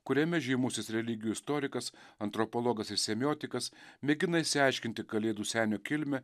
kuriame žymusis religijų istorikas antropologas ir semiotikas mėgina išsiaiškinti kalėdų senio kilmę